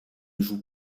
joue